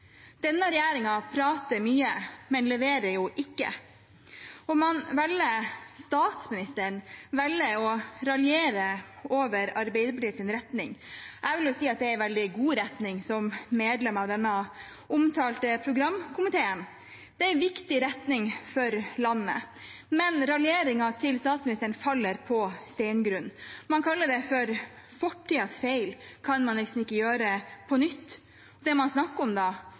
Denne regjeringen prater mye, men leverer ikke. Statsministeren velger å raljere over Arbeiderpartiets retning. Jeg vil si at det er en veldig god retning som medlemmer av den omtalte programkomiteen peker ut, det er en viktig retning for landet. Raljeringen til statsministeren faller på steingrunn. Man kaller det for fortidens feil og sier at man ikke kan gjøre dem på nytt. Hva er det snakk om? Man